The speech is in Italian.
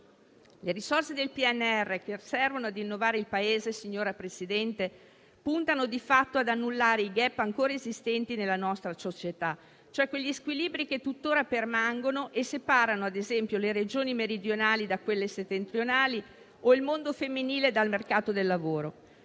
Le risorse del PNRR che servono a innovare il Paese, signora Presidente, puntano di fatto ad annullare i *gap* ancora esistenti nella nostra società, cioè quegli squilibri che tuttora permangono e separano - ad esempio - le Regioni meridionali da quelle settentrionali o il mondo femminile dal mercato del lavoro.